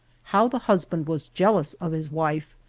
how the husband was jealous of his wife,